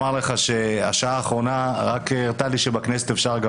השעה האחרונה הראתה לי שבכנסת אפשר גם